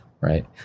Right